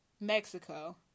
Mexico